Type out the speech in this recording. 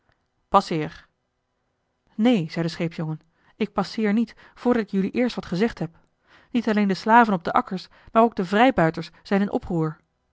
passeer neen zei de scheepsjongen ik passeer niet voordat ik jelui eerst wat gezegd heb niet alleen de slaven op de akkers maar ook de vrijbuiters zijn in oproer